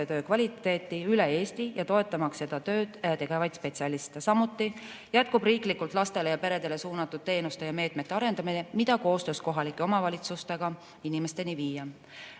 kvaliteeti üle Eesti ja toetamaks seda tööd tegevaid spetsialiste. Samuti jätkub riiklikult lastele ja peredele suunatud teenuste ja meetmete arendamine, mida koostöös kohalike omavalitsustega inimesteni viia.